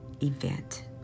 event